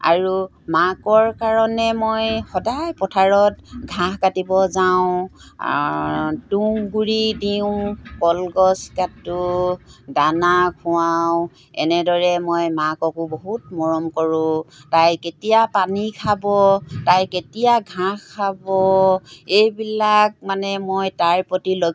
আৰু মাকৰ কাৰণে মই সদায় পথাৰত ঘাঁহ কাটিব যাওঁ তুঁহ গুৰি দিওঁ কলগছ কাটো দানা খোৱাওঁ এনেদৰে মই মাককো বহুত মৰম কৰোঁ তাই কেতিয়া পানী খাব তাই কেতিয়া ঘাঁহ খাব এইবিলাক মানে মই তাইৰ প্ৰতি